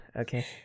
Okay